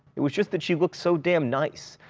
it was just that she looked so damn nice,